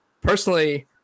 Personally